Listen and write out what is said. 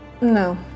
No